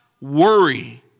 worry